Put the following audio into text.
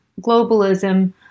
globalism